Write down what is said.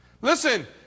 Listen